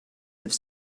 have